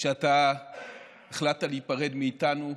שאתה החלטת להיפרד מאיתנו,